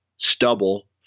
stubble